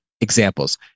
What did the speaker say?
examples